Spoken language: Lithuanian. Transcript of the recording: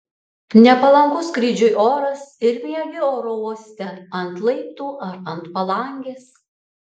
nepalankus skrydžiui oras ir miegi oro uoste ant laiptų ar ant palangės